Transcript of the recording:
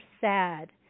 sad